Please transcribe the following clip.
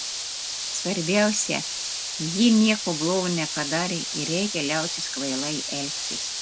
svarbiausia ji nieko blogo nepadarė ir reikia liautis kvailai elgtis